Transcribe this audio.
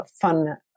fun